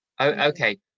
okay